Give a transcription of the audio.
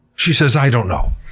she says, i don't know.